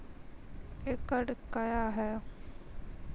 एकड कया हैं?